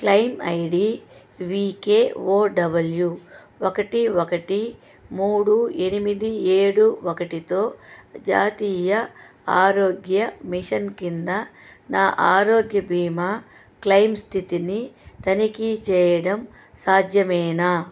claim I D V K O W ఒకటి ఒకటి మూడు ఎనిమిది ఏడు ఒకటితో జాతీయ ఆరోగ్య మిషన్ కింద నా ఆరోగ్య బీమా క్లెయిమ్ స్థితిని తనిఖీ చేయడం సాధ్యమేనా